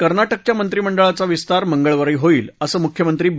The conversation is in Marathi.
कर्नाटकच्या मंत्रीमंडळाचा विस्तार मंगळवारी होईल असं मुख्यमंत्री बी